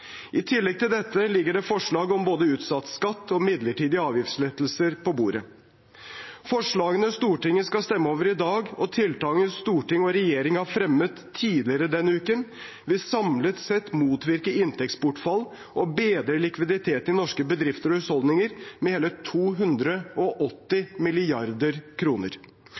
I tillegg til dette ligger det forslag om både utsatt skatt og midlertidige avgiftslettelser på bordet. Forslagene Stortinget skal stemme over i dag, og tiltakene storting og regjering har fremmet tidligere i denne uken, vil samlet sett motvirke inntektsbortfall og bedre likviditeten i norske bedrifter og norske husholdninger med hele 280